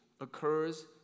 occurs